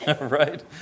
Right